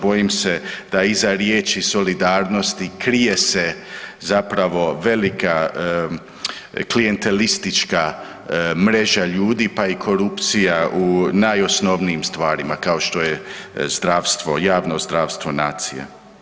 Bojim se da iza riječi solidarnosti krije se zapravo velika klijentelistička mreža ljudi pa i korupcija u najosnovnijim stvarima kao što je zdravstvo, javno zdravstvo nacija.